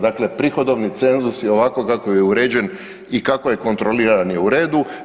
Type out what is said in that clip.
Dakle, prihodovni cenzus je ovako kako je uređen i kako je kontroliran u redu.